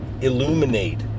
illuminate